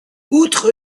outre